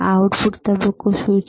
output તબક્કો શું છે